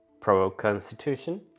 pro-Constitution